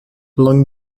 along